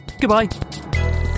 goodbye